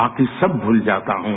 बाकि सब भूल जाता हूं